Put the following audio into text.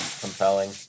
compelling